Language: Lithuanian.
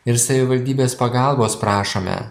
ir savivaldybės pagalbos prašome